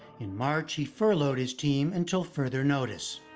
in march, he furloughed his team until further notice.